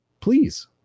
please